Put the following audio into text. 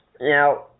Now